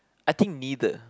I think neither